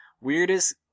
Weirdest